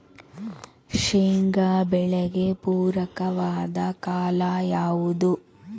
ಶೇಂಗಾ ಬೆಳೆಗೆ ಪೂರಕವಾದ ಕಾಲ ಯಾವುದು?